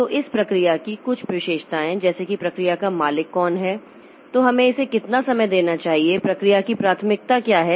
तो इस प्रक्रिया की कुछ विशेषताएं जैसे कि प्रक्रिया का मालिक कौन है तो हमें इसे कितना समय देना चाहिए प्रक्रिया की प्राथमिकता क्या है